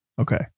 Okay